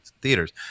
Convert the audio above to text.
theaters